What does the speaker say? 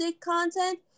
content